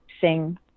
sing